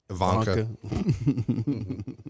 Ivanka